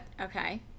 Okay